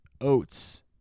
oats